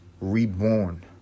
reborn